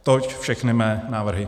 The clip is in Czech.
Toť všechny mé návrhy.